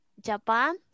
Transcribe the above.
Japan